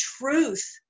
truth